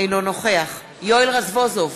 אינו נוכח יואל רזבוזוב,